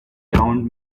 around